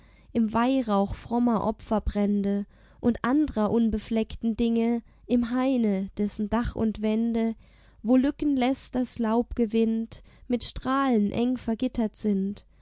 im weihrauch frommer opferbrände und andrer unbefleckten dinge im haine dessen dach und wände wo lücken läßt das laubgewind mit strahlen eng vergittert sind